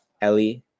ellie